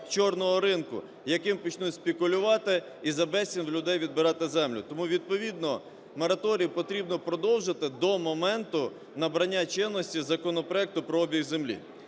"чорного" ринку, яким почнуть спекулювати і за безцінь у людей відбирати землю. Тому відповідно мораторій потрібно продовжити до моменту набрання чинності законопроекту про обіг землі.